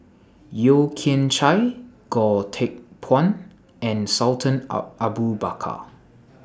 Yeo Kian Chye Goh Teck Phuan and Sultan A Abu Bakar